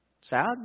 sad